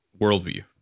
worldview